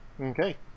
Okay